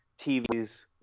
tvs